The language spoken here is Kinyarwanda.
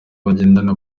bagendana